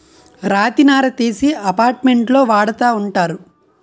రాతి నార తీసి అపార్ట్మెంట్లో వాడతా ఉంటారు